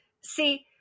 See